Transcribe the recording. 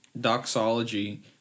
doxology